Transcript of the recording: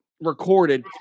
recorded